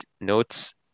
notes